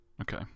Okay